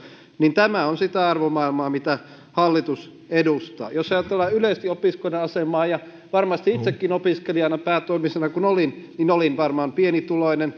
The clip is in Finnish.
niin tämä on sitä arvomaailmaa mitä hallitus edustaa jos ajatellaan yleisesti opiskelijoiden asemaa niin varmasti itsekin olin opiskelijana päätoiminen kun olin varmaan pienituloinen